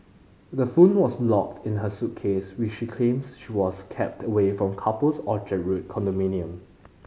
the phone was locked in her suitcase which she claims she was kept away from the couple's Orchard Road condominium